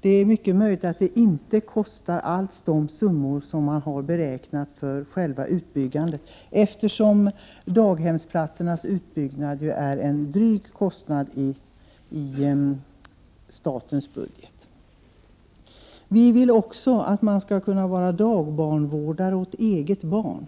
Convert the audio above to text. Det är därför mycket möjligt att det inte alls kostar de summor som man har beräknat för själva utbyggnaden, eftersom daghemsplatsernas utbyggnad är en dryg kostnad i statens budget. Vi vill också att man skall kunna vara dagbarnvårdare åt eget barn.